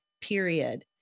period